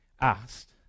asked